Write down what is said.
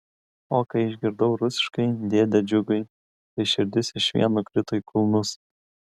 o kai išgirdau rusiškai dėde džiugai tai širdis išvien nukrito į kulnus